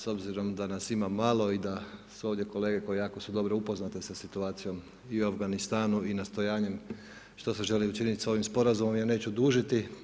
S obzirom da nas ima malo i da su ovdje kolege koje su jako dobro upoznate sa situacijom i u Afganistanu i nastojanjem što se želi učiniti s ovim Sporazumom ja neću dužiti.